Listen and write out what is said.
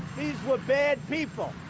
these were bad people.